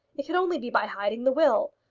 it could only be by hiding the will,